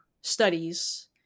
studies